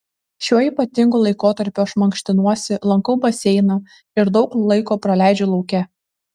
šiuo ypatingu laikotarpiu aš mankštinuosi lankau baseiną ir daug laiko praleidžiu lauke